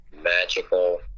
magical